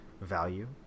value